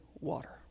water